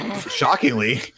shockingly